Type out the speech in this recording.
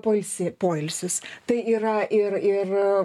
poilsį poilsis tai yra ir ir